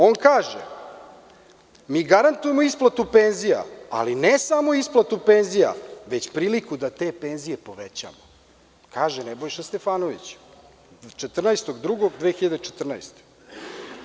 On kaže – mi garantujemo isplatu penzija, ali ne samo isplatu penzija, već priliku da te penzije povećamo, kaže Nebojša Stefanović 14.2.2014. godine.